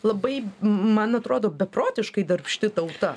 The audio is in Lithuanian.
labai man atrodo beprotiškai darbšti tauta